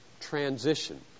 transition